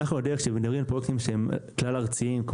פרויקטים כלל ארציים,